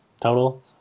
total